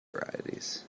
varieties